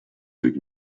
avec